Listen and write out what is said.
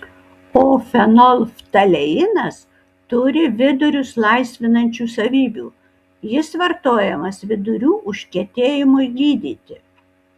o fenolftaleinas turi vidurius laisvinančių savybių jis vartojamas vidurių užkietėjimui gydyti